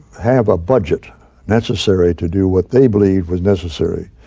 have a budget necessary to do what they believe was necessary.